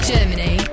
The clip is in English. Germany